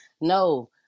No